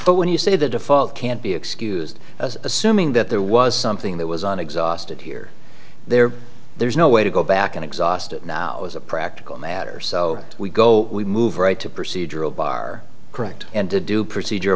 but when you say the default can't be excused as assuming that there was something that was an exhausted here there there's no way to go back and exhaust it now as a practical matter so we go we move right to procedural bar correct and to do procedur